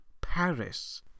Paris